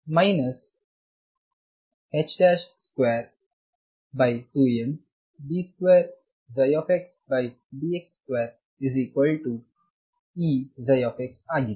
ಮತ್ತು ಸಮೀಕರಣವು 22md2xdx2Eψ ಆಗಿದೆ